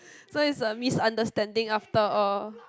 so it's a misunderstanding after all